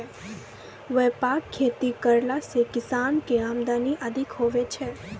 व्यापक खेती करला से किसान के आमदनी अधिक हुवै छै